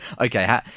Okay